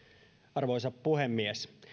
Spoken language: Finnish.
arvoisa puhemies